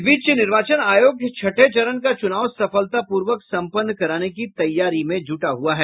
इस बीच निर्वाचन आयोग छठे चरण का चूनाव सफलतापूर्वक सम्पन्न कराने की तैयारी में जुटा हुआ है